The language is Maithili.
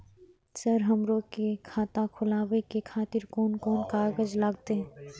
सर हमरो के खाता खोलावे के खातिर कोन कोन कागज लागते?